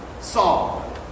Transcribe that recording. Saul